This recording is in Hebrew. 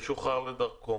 משוחרר לדרכו.